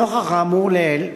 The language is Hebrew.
נוכח האמור לעיל,